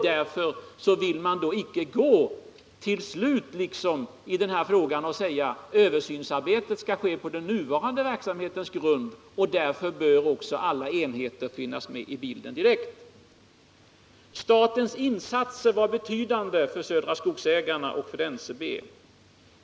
Därför vill de icke gå till slutet i den här frågan och säga att översynsarbetet skall ske på den nuvarande verksamhetens grund och att alla enheter för den skull bör finnas med i bilden. Statens insatser var betydande för Södra Skogsägarna och NCB.